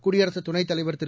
குடிய ரசு துணைத் தலைவர் திரு